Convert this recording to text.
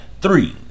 three